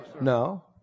No